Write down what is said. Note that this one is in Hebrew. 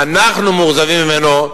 אנחנו מאוכזבים ממנו,